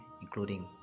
including